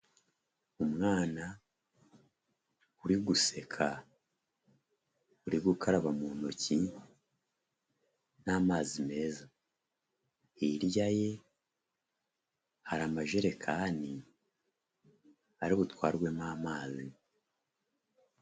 Umwana uri guseka uri gukaraba mu ntoki n'amazi meza, hirya ye hari amajerekani ari butwarwemo amazi.